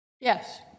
Yes